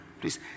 please